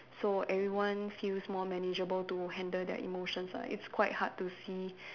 so everyone feels more manageable to handle their emotions lah it's quite hard to see